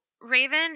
Raven